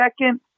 second